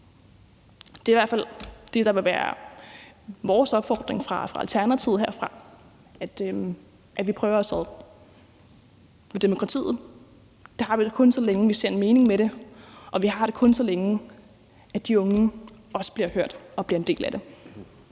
Det er i hvert fald det, der vil være vores opfordring i Alternativet, altså at vi prøver os ad. Demokratiet har vi kun, så længe vi ser en mening med det, og vi har det kun, så længe de unge også bliver hørt og bliver en del af det.